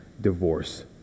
divorce